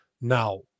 now